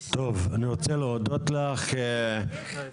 אנחנו תומכים במהלך החיובי הזה של חלוקת כרטיסים נטענים.